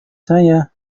saya